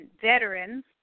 veterans